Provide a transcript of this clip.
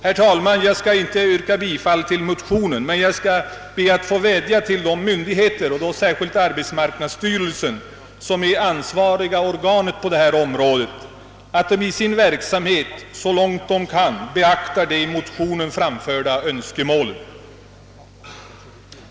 Jag skall inte, herr talman, yrka bifall till motionen, men jag vädjar till de myndigheter — särskilt arbetsmarknadsstyrelsen — som är ansvariga organ på detta område att i sin verksamhet så långt möjligt beakta de i motionen framförda önskemålen.